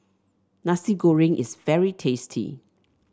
Nasi Goreng is very tasty